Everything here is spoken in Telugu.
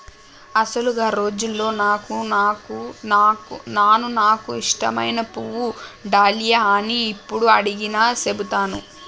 అసలు గా రోజుల్లో నాను నాకు ఇష్టమైన పువ్వు డాలియా అని యప్పుడు అడిగినా సెబుతాను